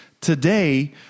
today